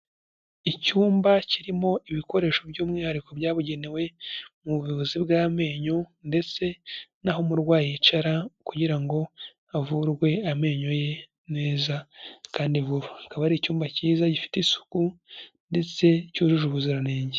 Icyumba kirimo ibikoresho by'umwihariko byabugenewe mu buvuzi bw'amenyo, ndetse n'aho umurwayi yicara kugira ngo avurwe amenyo ye neza kandi vuba, akaba ari icyumba cyiza gifite isuku, ndetse cyujuje ubuziranenge.